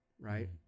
right